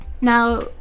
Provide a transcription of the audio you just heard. Now